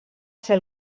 ser